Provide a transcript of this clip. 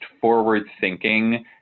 forward-thinking